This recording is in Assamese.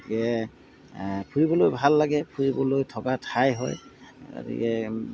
গতিকে ফুৰিবলৈ ভাল লাগে ফুৰিবলৈ থকা ঠাই হয় গতিকে